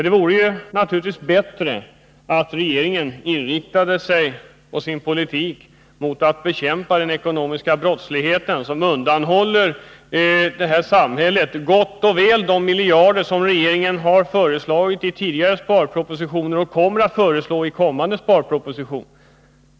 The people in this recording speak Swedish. Det vore naturligtvis bättre att regeringen inriktade sin politik mot att bekämpa den ekonomiska brottsligheten, som undanhåller samhället summor som gott och väl motsvarar de miljarder i besparingar som regeringen föreslagit i tidigare sparpropositioner och som den kommer att föreslå i framtida sparpropositioner.